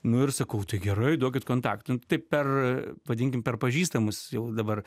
nu ir sakau tai gerai duokit kontaktą tai per vadinkim per pažįstamus dabar